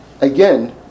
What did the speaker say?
again